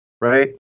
right